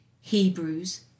Hebrews